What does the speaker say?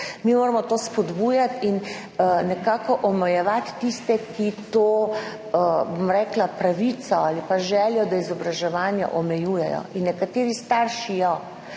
To moramo spodbujati in nekako omejevati tiste, ki to pravico ali pa željo do izobraževanja omejujejo – nekateri starši jo,